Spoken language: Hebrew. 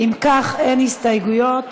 אם כך, אין הסתייגויות,